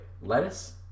lettuce